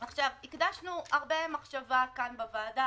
הקדשנו הרבה מחשבה כאן בוועדה,